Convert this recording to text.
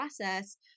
process